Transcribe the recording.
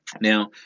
Now